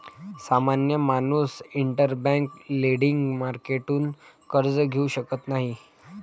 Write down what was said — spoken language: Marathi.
सामान्य माणूस इंटरबैंक लेंडिंग मार्केटतून कर्ज घेऊ शकत नाही